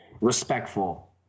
respectful